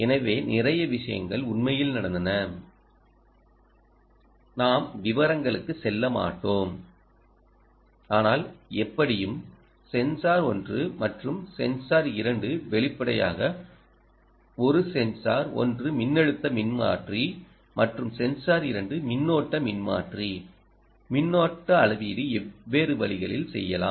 எனவேநிறைய விஷயங்கள் உண்மையில் நடந்தன நாம் விவரங்களுக்கு செல்ல மாட்டோம் ஆனால் எப்படியும் சென்சார் ஒன்று மற்றும் சென்சார் இரண்டு வெளிப்படையாக ஒரு சென்சார் ஒன்று மின்னழுத்த மின்மாற்றி மற்றும் சென்சார் இரண்டு மின்னோட்ட மின்மாற்றி மின்னோட்ட அளவீடு வெவ்வேறு வழிகளில் செய்யலாம்